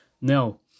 Now